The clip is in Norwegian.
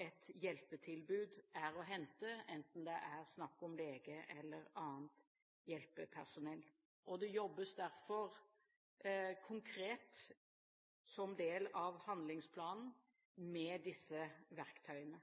et hjelpetilbud er å hente – enten det er snakk om lege eller annet hjelpepersonell. Det jobbes derfor, som del av handlingsplanen, konkret med disse verktøyene.